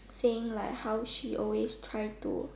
saying like how she always try to